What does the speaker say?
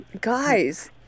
Guys